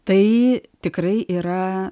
tai tikrai yra